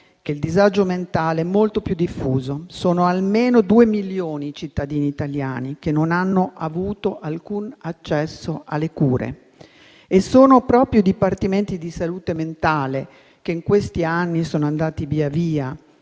- il disagio mentale è molto più diffuso: sono almeno due milioni i cittadini italiani che non hanno avuto alcun accesso alle cure e sono proprio i dipartimenti di salute mentale, che in questi anni sono andati via via